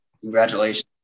congratulations